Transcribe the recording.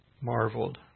marveled